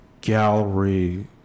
gallery